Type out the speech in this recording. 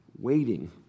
waiting